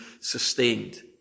sustained